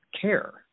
care